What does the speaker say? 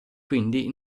quindi